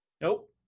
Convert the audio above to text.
Nope